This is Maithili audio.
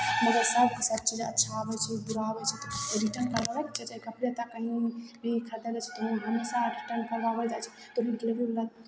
मगर सभकेँ सभचीज अच्छा आबै छै बुरा आबै छै तऽ रिटर्न करवाबयके छै चाहे कपड़े लत्ता कहीँ भी खरीदय जाइ छै तऽ वहाँ हमेशा रिटर्न करवाओल जाइ छै डिलेवरीवला